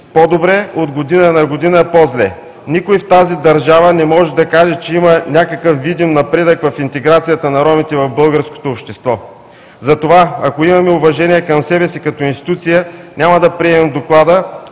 по-добре, от година на година – по-зле. Никой в тази държава не може да каже, че има някакъв видим напредък в интеграцията на ромите в българското общество. Затова, ако имаме уважение към себе си като институция, няма да приемем Доклада